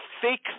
fake